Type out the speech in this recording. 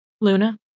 Luna